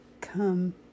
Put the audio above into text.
come